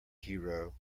hero